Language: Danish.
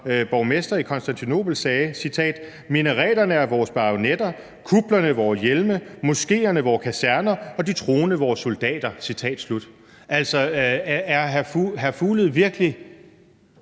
borgmester i Konstantinopel sagde: »Minareterne er vores bajonetter, kuplerne vores hjelme og moskéerne vores kaserner, de troende vores soldater.« Er hr. Mads Fuglede virkelig